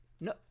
No